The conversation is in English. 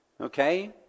Okay